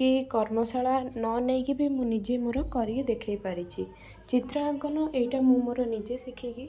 କି କର୍ମଶାଳା ନ ନେଇକି ବି ମୁଁ ନିଜେ ମୋର କରିକି ଦେଖାଇ ପାରିଛି ଚିତ୍ରାଙ୍କନ ଏଇଟା ମୁଁ ମୋର ନିଜେ ଶିଖିକି